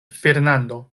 fernando